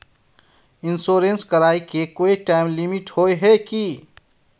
Insurance कराए के कोई टाइम लिमिट होय है की?